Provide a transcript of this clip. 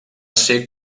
ser